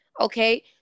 okay